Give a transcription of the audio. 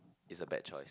is a bad choice